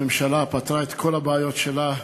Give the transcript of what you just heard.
הממשלה פתרה את כל הבעיות שלה.